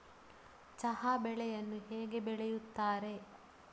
ಚಹಾ ಬೆಳೆಯನ್ನು ಹೇಗೆ ಬೆಳೆಯುತ್ತಾರೆ?